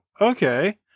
okay